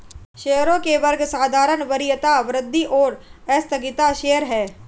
शेयरों के वर्ग साधारण, वरीयता, वृद्धि और आस्थगित शेयर हैं